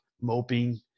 moping